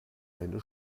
eine